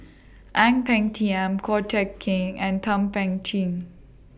Ang Peng Tiam Ko Teck Kin and Thum Ping Tjin